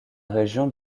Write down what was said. région